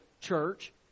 church